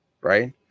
right